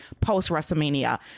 post-WrestleMania